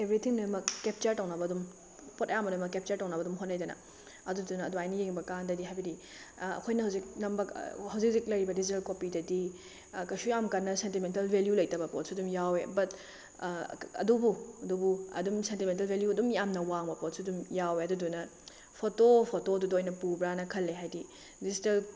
everything ꯂꯣꯏꯃꯛ capture ꯇꯧꯅꯕ ꯑꯗꯨꯝ ꯄꯣꯠ ꯑꯌꯥꯝꯕ ꯂꯣꯏꯃꯛ ꯀꯦꯞꯆꯔ ꯇꯧꯅꯕ ꯑꯗꯨꯝ ꯍꯣꯠꯅꯩꯗꯅ ꯑꯗꯨꯗꯨꯅ ꯑꯗꯨꯃꯥꯏꯅ ꯌꯦꯡꯕ ꯀꯥꯟꯗꯗꯤ ꯍꯥꯏꯕꯗꯤ ꯑꯩꯈꯣꯏꯅ ꯍꯧꯖꯤꯛ ꯅꯝꯕ ꯍꯧꯖꯤꯛ ꯍꯧꯖꯤꯛ ꯂꯩꯔꯤꯕ ꯗꯤꯖꯤꯇꯦꯜ ꯀꯣꯄꯤꯗꯗꯤ ꯀꯩꯁꯨ ꯌꯥꯝ ꯀꯟꯅ ꯁꯦꯟꯇꯤꯃꯦꯟꯇꯦꯜ ꯚꯦꯂꯨ ꯂꯩꯇꯕ ꯄꯣꯠꯁꯨ ꯑꯗꯨꯝ ꯌꯥꯎꯋꯦ ꯕꯠ ꯑꯗꯨꯕꯨ ꯑ ꯑꯗꯨꯝ ꯁꯦꯟꯇꯤꯃꯦꯟꯇꯦꯜ ꯚꯦꯂꯨ ꯑꯗꯨꯝ ꯌꯥꯝꯅ ꯋꯥꯡꯅ ꯌꯥꯎꯕ ꯄꯣꯠꯁꯨ ꯑꯗꯨꯝ ꯌꯥꯎꯑꯦ ꯑꯗꯨꯗꯨꯅ ꯐꯣꯇꯣ ꯐꯣꯇꯣꯗꯨꯗ ꯑꯣꯏꯅ ꯄꯨꯕ꯭ꯔꯥꯅ ꯈꯜꯂꯦ ꯍꯥꯏꯗꯤ ꯗꯤꯖꯤꯇꯦꯜ